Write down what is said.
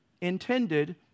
intended